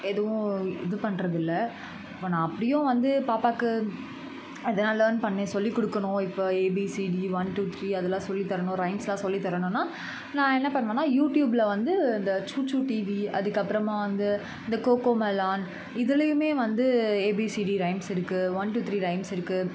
எதுவும் இது பண்ணுறதில்ல இப்போ நான் அப்படியும் வந்து பாப்பாவுக்கு எதனால் லேர்ன் பண்ணி சொல்லிக் கொடுக்கணும் இப்போ ஏபிசிடி ஒன் டூ த்ரீ அதெல்லாம் சொல்லித் தரணும் ரைம்ஸ்லாம் சொல்லித் தரணும்னா நான் என்ன பண்ணுவேன்னா யூடியூப்ல வந்து இந்த சுச்சு டிவி அதுக்கப்புறமா வந்து இந்த கோகோமேலான் இதிலயுமே வந்து ஏபிசிடி ரைம்ஸ் இருக்குது ஒன் டூ த்ரீ ரைம்ஸ் இருக்குது